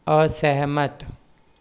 असहमत